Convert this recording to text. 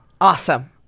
Awesome